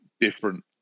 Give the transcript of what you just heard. different